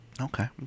Okay